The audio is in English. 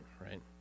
right